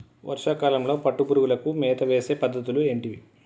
వర్షా కాలంలో పట్టు పురుగులకు మేత వేసే పద్ధతులు ఏంటివి?